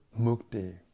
mukti